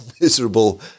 miserable